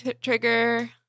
trigger